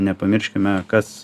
nepamirškime kas